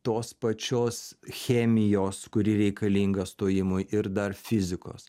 tos pačios chemijos kuri reikalinga stojimui ir dar fizikos